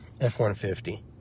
F-150